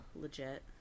legit